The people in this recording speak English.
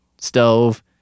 stove